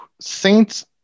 Saints